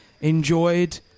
enjoyed